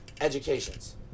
educations